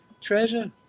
treasure